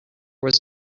was